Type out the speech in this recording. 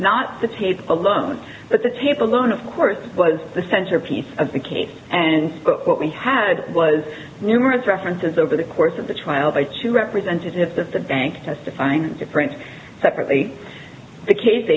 not the tape alone but the tape alone of course was the centerpiece of the case and what we had was numerous references over the course of the trial by two representatives of the bank testifying to prince separately the case